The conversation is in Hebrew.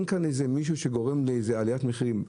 אין כאן מישהו שגורם לעליית מחירים.